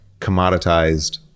commoditized